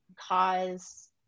cause